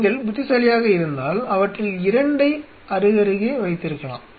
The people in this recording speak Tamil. நீங்கள் புத்திசாலியாக இருந்தால் அவற்றில் இரண்டை அருகருகே வைத்திருக்கலாம்